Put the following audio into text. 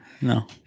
No